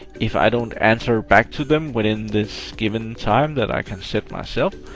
if i don't answer back to them within this given time that i can set myself,